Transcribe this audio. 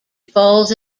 falls